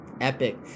epic